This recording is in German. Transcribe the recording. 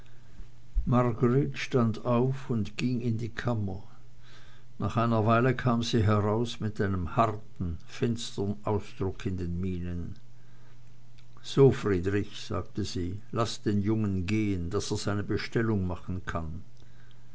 stand auf und ging in die kammer nach einer weile kam sie heraus mit einem harten finstern ausdruck in den mienen so friedrich sagte sie laß den jungen gehen daß er seine bestellung machen kann